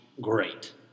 great